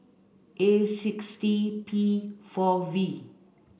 A six T P four V